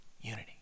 unity